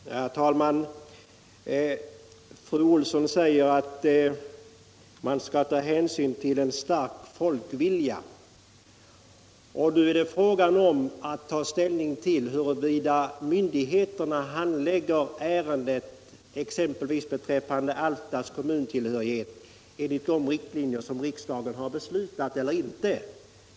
Herr talman! Fru Olsson i Hölö säger att man skall ta hänsyn till en stark folkvilja. Det blir då fråga om att ta ställning till huruvida myndigheterna handlägger exempelvis ärendet beträffande Alftas kommuntillhörighet enligt de riktlinjer som riksdagen beslutat.